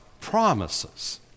promises